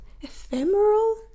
ephemeral